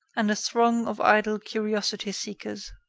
and a throng of idle curiosity-seekers.